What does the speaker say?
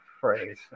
phrase